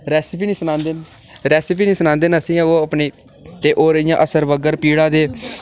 recipe निं सनांदे न रेसिपी निं सनांदे न असें ई ओह् अपनी ते होर इ'यां अस